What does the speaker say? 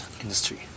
industry